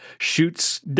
shoots